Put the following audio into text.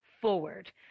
forward